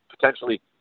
potentially